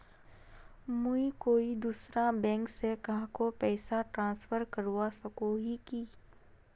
मुई कोई दूसरा बैंक से कहाको पैसा ट्रांसफर करवा सको ही कि?